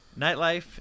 Nightlife